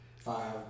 five